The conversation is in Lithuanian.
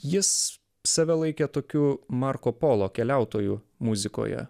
jis save laikė tokiu marko polo keliautoju muzikoje